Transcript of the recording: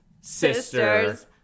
sister's